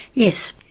yes,